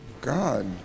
god